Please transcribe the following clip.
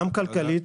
גם כלכלית,